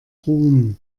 ruhm